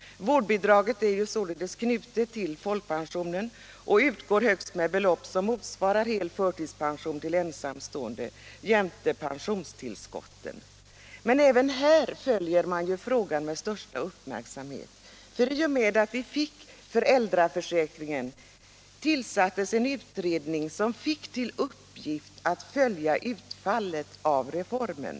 Vårdbidraget är således knutet till folkpensionen och utgår högst med belopp som motsvarar hel förtidspension till ensamstående jämte pensionstillskott. Även den här frågan följs med största uppmärksamhet. I och med att vi fick föräldraförsäkringen tillsattes en utredning med uppgift att följa utfallet av reformen.